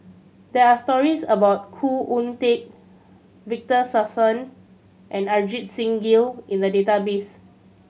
there are stories about Khoo Oon Teik Victor Sassoon and Ajit Singh Gill in the database